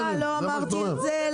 שניה, לא אמרתי את זה.